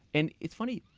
and it's funny.